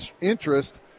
interest